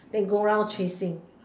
then you go around chasing